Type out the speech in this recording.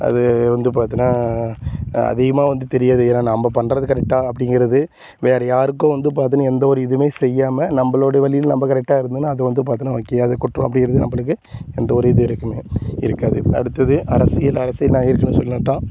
அது வந்து பார்த்தினா அதிகமாக வந்து தெரியாது ஏன்னால் நம்ம பண்ணுறது கரெக்டா அப்படிங்கறது வேறே யாருக்கும் வந்து பார்த்தினா எந்த ஒரு இதுவுமே செய்யாமல் நம்மளோடைய வழியில நம்ம கரெக்டாக இருந்தோனால் அது வந்து பார்த்தினா ஓகே அது குற்றம் அப்படிங்கறது நம்மளுக்கு எந்த ஒரு இது இருக்குமா இருக்காது அடுத்தது அரசியல் அரசியல் நான் ஏற்கனவே சொன்னது தான்